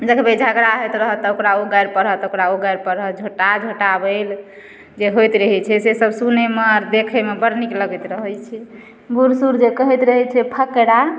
देखबै झगड़ा होइत रहत तऽ ओकरा ओ गारि पढ़त ओकरा ओ गारि पढ़त झोँटा झोँटाबैल जे होइत रहैत छै सेसभ सुनैमे आ देखैमे बड़ नीक लगैत रहैत छै बूढ़ सूढ़ जे कहैत रहै छै फकरा